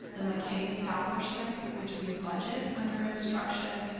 the mckay scholarship which we budget under instruction,